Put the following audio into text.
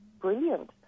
brilliant